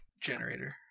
generator